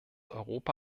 europa